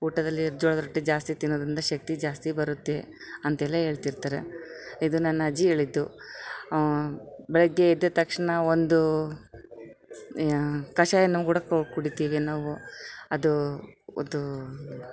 ಊಟದಲ್ಲಿ ಜೋಳದ ರೊಟ್ಟಿ ಜಾಸ್ತಿ ತಿನ್ನೊದ್ರಿಂದ ಶಕ್ತಿ ಜಾಸ್ತಿ ಬರುತ್ತೆ ಅಂತೆಲ್ಲ ಹೇಳ್ತಿರ್ತರೆ ಇದು ನನ್ನ ಅಜ್ಜಿ ಹೇಳಿದ್ದು ಬೆಳಗ್ಗೆ ಎದ್ದ ತಕ್ಷಣ ಒಂದು ಕಷಾಯನ್ನು ಕೂಡ ಕುಡೀತಿವಿ ನಾವು ಅದು ಅದು